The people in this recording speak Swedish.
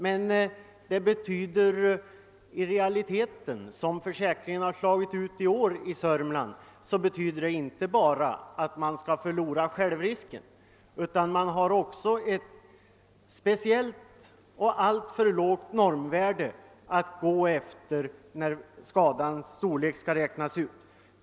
Såsom skördeskadeförsäkringen i år har fungerat i Sörmland betyder detta inte bara att lantbrukaren förlorar ett belopp lika med självrisken, utan man har också gått efter ett speciellt och alltför lågt normvärde när storleken på skadan skall bedömas.